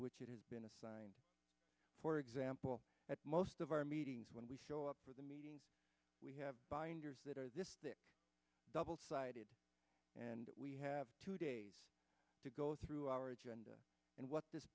which it has been assigned for example at most of our meetings when we show up for the meeting we have binders that are double sided and we have two days to go through our agenda and what this